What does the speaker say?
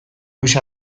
luis